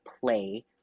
play